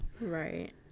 right